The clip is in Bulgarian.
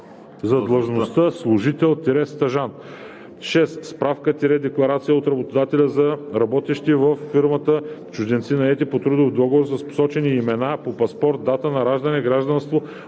за длъжността служител-стажант; 6. справка-декларация от работодателя за работещите във фирмата чужденци, наети по трудов договор, с посочени имена по паспорт, дата на раждане, гражданство,